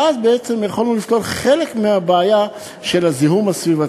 ואז בעצם יכולנו לפתור חלק מהבעיה של הזיהום הסביבתי.